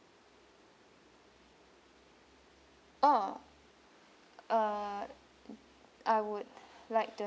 orh uh I would like to